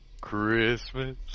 Christmas